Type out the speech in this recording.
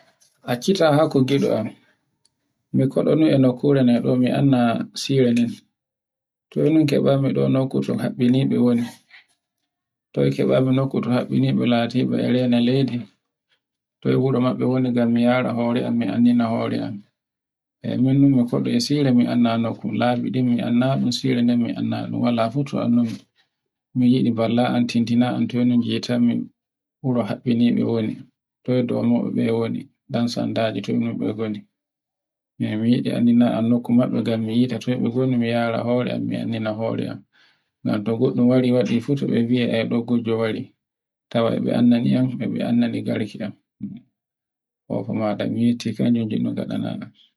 Accita hakku giɗo am, mi koɗo no kure no ɗo mi annda sire nden. Toy mikebay noko to habbimi be woni? Toy mikebay mi nokko to habbinibe latibe e rena leydi, toy wuro mabbe woni ngam mi yara hore am mi anndina hore am. Min mi koɗo sire mi annda no labi dum mi annda ɗun sirenden mi annda, wala fu to anndumi. mi yiɗi ballaɗo tindinayan toy ngiyatam mi wuro habbinibe woni, toy dondombe woni ɗansandajo toy be ngoni. mi yidi anndinonyan nokku gammi yara hore am mi anndina hore am. ngam to goɗɗun wari waɗi fu mi wiay raɗɗn gujjo wari. be annadana a gareki am miyetti